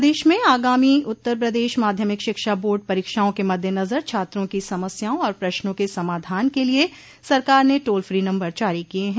प्रदेश में आगामी उत्तर प्रदेश माध्यमिक शिक्षा बोर्ड परीक्षाओं के मद्देनजर छात्रों की समस्याओं और पश्नों के समाधान के लिए सरकार ने टोल फी नम्बर जारी किये हैं